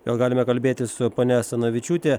gal galime kalbėtis su ponia asanavičiūte